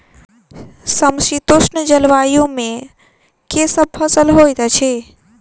समशीतोष्ण जलवायु मे केँ फसल सब होइत अछि?